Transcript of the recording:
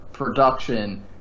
production